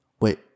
wait